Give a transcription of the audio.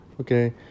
Okay